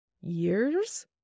years